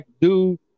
dude